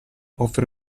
offre